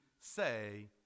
say